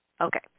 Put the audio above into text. Okay